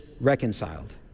reconciled